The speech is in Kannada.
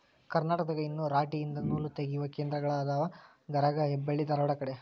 ಕರ್ನಾಟಕದಾಗ ಇನ್ನು ರಾಟಿ ಯಿಂದ ನೂಲತಗಿಯು ಕೇಂದ್ರಗಳ ಅದಾವ ಗರಗಾ ಹೆಬ್ಬಳ್ಳಿ ಧಾರವಾಡ ಕಡೆ